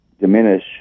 diminish